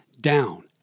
down